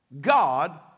God